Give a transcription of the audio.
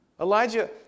Elijah